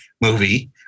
movie